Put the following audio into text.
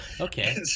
Okay